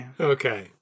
Okay